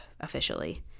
officially